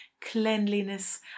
cleanliness